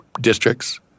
districts